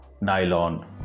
nylon